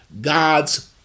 God's